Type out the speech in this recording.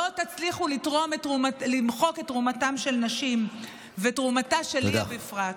לא תצליחו למחוק את תרומתן של נשים ותרומתה של ליה בפרט.